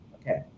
Okay